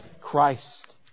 Christ